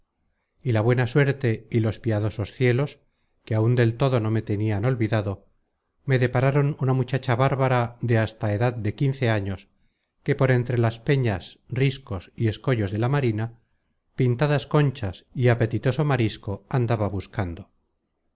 y la buena suerte y los piadosos cielos que áun del todo no me tenian olvidado me depararon una muchacha bárbara de hasta edad de quince años que por entre las peñas riscos y escollos de la marina pintadas conchas y apetitoso marisco andaba buscando